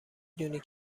دونی